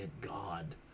god